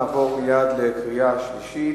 נעבור מייד לקריאה שלישית.